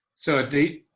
so the